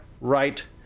right